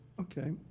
Okay